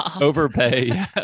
overpay